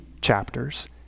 chapters